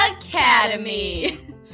Academy